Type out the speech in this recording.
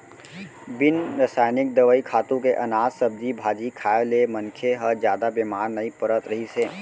बिन रसइनिक दवई, खातू के अनाज, सब्जी भाजी खाए ले मनखे ह जादा बेमार नइ परत रहिस हे